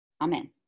Amen